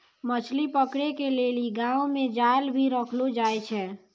मछली पकड़े के लेली गांव मे जाल भी रखलो जाए छै